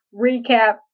recap